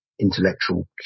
intellectual